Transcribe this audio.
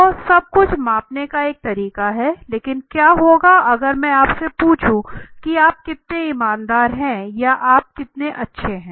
तो सब कुछ मापने का एक तरीका है लेकिन क्या होगा अगर मैं आपसे पूछूं कि आप कितने ईमानदार हैं या आप कितने अच्छे हैं